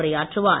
உரையாற்றுவார்